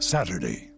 Saturday